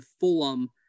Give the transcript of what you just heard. Fulham